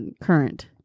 current